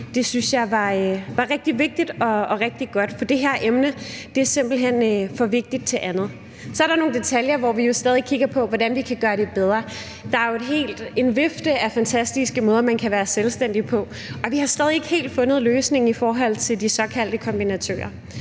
synes jeg var rigtig vigtigt og rigtig godt. For det her emne er simpelt hen for vigtigt til andet. Så er der nogle detaljer, hvor vi jo stadig kigger på, hvordan vi kan gøre det bedre. Der er jo en vifte af fantastiske måder, man kan være selvstændig på, og vi har stadig ikke helt fundet løsningen i forhold til de såkaldte kombinatører,